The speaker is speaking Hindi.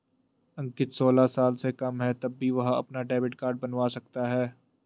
अंकित सोलह साल से कम है तब भी वह अपना डेबिट कार्ड बनवा सकता है